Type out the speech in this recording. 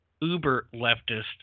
uber-leftist